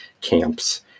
camps